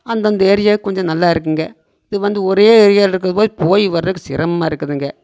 அந்தந்த ஏரியா கொஞ்சம் நல்லாயிருக்குங்க இது வந்து ஒரே ஏரியாவில் இருக்கபோய் போய் வரதுக்குச் சிரமமா இருக்குதுங்க